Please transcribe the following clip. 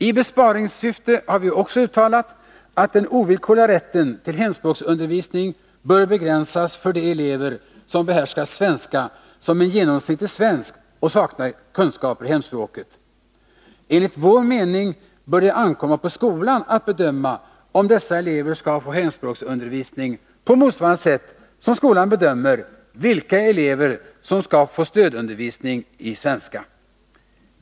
I besparingssyfte har vi också uttalat att den ovillkorliga rätten till hemspråksundervisning bör begränsas för de elever som behärskar svenska som en genomsnittlig svensk och saknar kunskaper i hemspråket. Enligt vår mening bör det ankomma på skolan att bedöma om dessa elever skall få hemspråksundervisning på motsvarande sätt som skolan bedömer vilka elever som skall få stödundervisning i svenska.